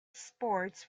sports